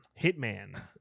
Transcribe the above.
Hitman